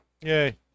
Yay